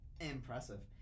Impressive